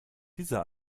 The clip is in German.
dieser